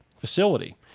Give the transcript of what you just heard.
facility